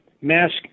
mask